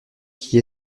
qui